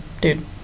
dude